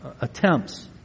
attempts